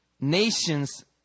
nations